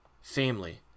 Family